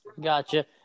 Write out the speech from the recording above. Gotcha